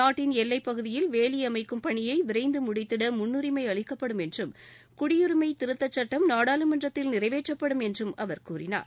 நாட்டின் எல்லைப் பகுதியில் வேலி அமைக்கும் பணியை விரைந்து முடித்திட முன்னுரிமை அளிக்கப்படும் என்றும் குடியுரிமை திருத்தச் சுட்டம் நாடாளுமன்றத்தில் நிறைவேற்றப்படும் என்றும் அவர் கூறினார்